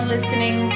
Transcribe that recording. listening